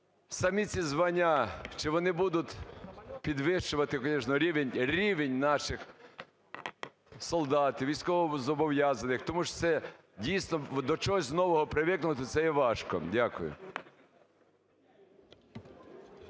самі ці звання, чи вони будуть підвищувати рівень наших солдат, військовозобов'язаних? Тому що це дійсно до чогось нового привикнути - це є важко. Дякую.